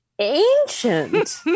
ancient